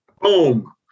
Boom